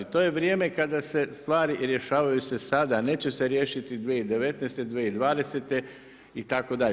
To je vrijeme kada se stvari rješavaju sada, neće se riješiti 2019., 2020. itd.